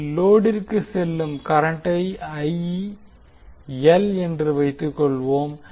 இதில் லோடிற்கு செல்லும் கரண்டை என்று வைத்துக்கொள்வோம்